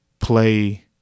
play